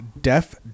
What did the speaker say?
deaf